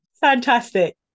Fantastic